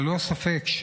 ללא ספק,